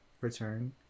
return